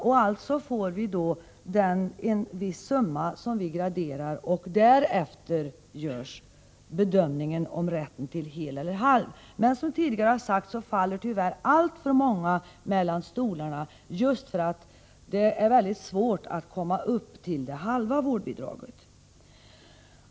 Därigenom får vi en viss summa som vi graderar, och därefter görs bedömningen om rätten till helt eller halvt bidrag. Som jag tidigare sagt, faller tyvärr alltför många mellan stolarna, just därför att det är mycket svårt att komma upp till halva vårdbidraget.